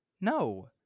no